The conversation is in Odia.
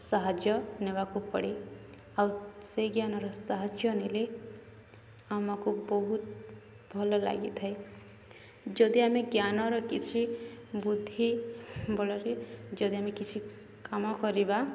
ସାହାଯ୍ୟ ନେବାକୁ ପଡ଼େ ଆଉ ସେଇ ଜ୍ଞାନର ସାହାଯ୍ୟ ନେଲେ ଆମକୁ ବହୁତ ଭଲ ଲାଗିଥାଏ ଯଦି ଆମେ ଜ୍ଞାନର କିଛି ବୁଦ୍ଧି ବଳରେ ଯଦି ଆମେ କିଛି କାମ କରିବା